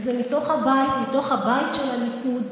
זה מתוך הבית של הליכוד.